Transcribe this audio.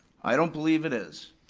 i don't believe it is.